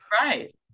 right